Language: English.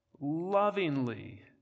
lovingly